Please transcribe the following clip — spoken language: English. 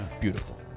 beautiful